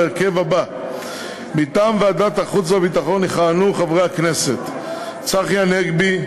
בהרכב הבא: מטעם ועדת החוץ והביטחון יכהנו חברי הכנסת צחי הנגבי,